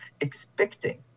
expecting